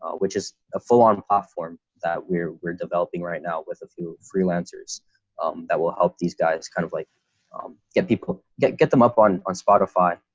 ah which is a full on platform that we're we're developing right now with a few freelancers that will help these guys kind of like get people get get them up on on spotify,